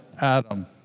Adam